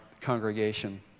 congregation